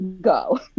go